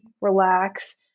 relax